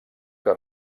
que